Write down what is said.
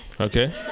okay